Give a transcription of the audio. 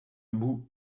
bout